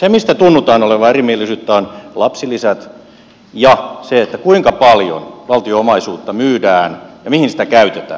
se mistä tunnutaan olevan eri mieltä on lapsilisät ja se kuinka paljon valtion omaisuutta myydään ja mihin sitä käytetään